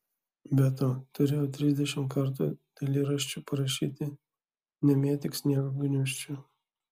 be to turėjau trisdešimt kartų dailyraščiu parašyti nemėtyk sniego gniūžčių